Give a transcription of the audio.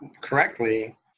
correctly